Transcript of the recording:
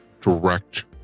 direct